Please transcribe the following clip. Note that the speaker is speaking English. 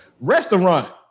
restaurant